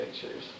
pictures